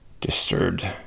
disturbed